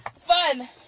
Fun